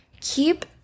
keep